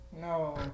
No